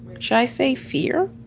should i say fear